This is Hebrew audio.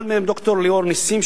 אחד מהם ד"ר ליאור נסים,